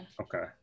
Okay